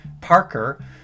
Parker